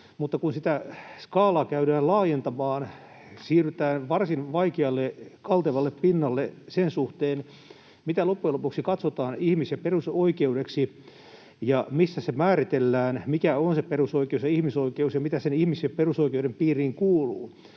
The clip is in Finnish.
mutta kun sitä skaalaa käydään laajentamaan, siirrytään varsin vaikealle, kaltevalle pinnalle sen suhteen, mitä loppujen lopuksi katsotaan ihmis‑ ja perusoikeudeksi, missä se määritellään, mikä on perusoikeus ja mikä on ihmisoikeus ja mitä sen ihmis‑ ja perusoikeuden piiriin kuuluu.